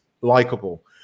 likable